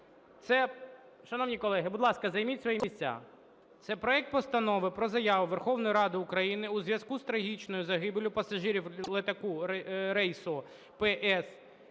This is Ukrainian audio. Це… Шановні колеги, будь ласка, займіть свої місця. Це проект Постанови про Заяву Верховної Ради України у зв'язку з трагічною загибеллю пасажирів літака рейсу PS